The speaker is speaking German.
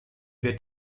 wird